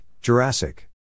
Jurassic